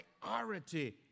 priority